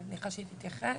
אני בטוחה שהיא תתייחס,